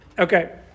Okay